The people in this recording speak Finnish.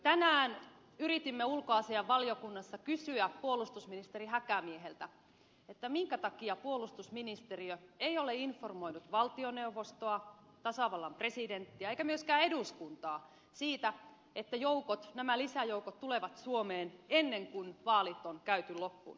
tänään yritimme ulkoasiainvaliokunnassa kysyä puolustusministeri häkämieheltä minkä takia puolustusministeriö ei ole informoinut valtioneuvostoa tasavallan presidenttiä eikä myöskään eduskuntaa siitä että nämä lisäjoukot tulevat suomeen ennen kuin vaalit on käyty loppuun afganistanissa